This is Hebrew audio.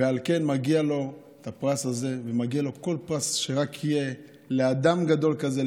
ועל כן מגיע לו הפרס הזה ומגיע לו כל פרס שרק יהיה לאדם גדול כזה,